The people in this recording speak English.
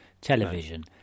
television